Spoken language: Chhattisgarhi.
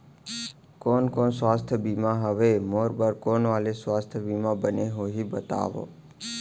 कोन कोन स्वास्थ्य बीमा हवे, मोर बर कोन वाले स्वास्थ बीमा बने होही बताव?